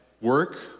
work